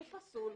הוא פסול.